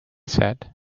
said